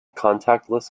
contactless